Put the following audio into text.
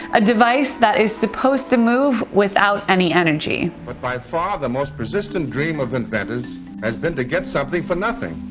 a device that is supposed to move without any energy. narrator but by far the most persistent dream of inventors has been to get something for nothing.